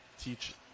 teach